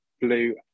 blue